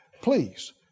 please